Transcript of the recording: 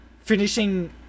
finishing